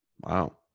Wow